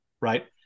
right